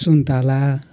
सुन्तला